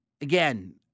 Again